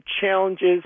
challenges